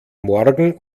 morgen